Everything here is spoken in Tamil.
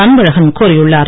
அன்பழகன் கோரியுள்ளார்